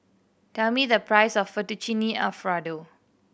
tell me the price of Fettuccine Alfredo